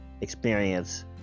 experience